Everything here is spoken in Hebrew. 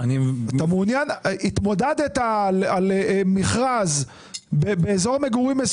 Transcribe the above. אני אומר מבחינתנו זה מכלול בשני